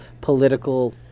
political